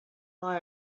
buy